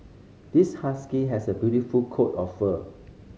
this husky has a beautiful coat of fur